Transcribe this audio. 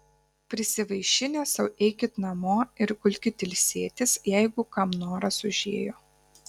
prisivaišinę sau eikit namo ir gulkit ilsėtis jeigu kam noras užėjo